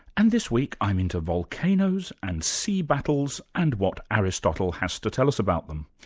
and this week i'm into volcanoes and sea battles and what aristotle has to tell us about them.